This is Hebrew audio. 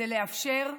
לאפשר לבנות,